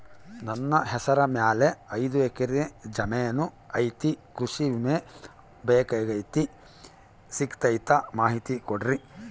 ನನ್ನ ಹೆಸರ ಮ್ಯಾಲೆ ಐದು ಎಕರೆ ಜಮೇನು ಐತಿ ಕೃಷಿ ವಿಮೆ ಬೇಕಾಗೈತಿ ಸಿಗ್ತೈತಾ ಮಾಹಿತಿ ಕೊಡ್ರಿ?